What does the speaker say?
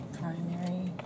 primary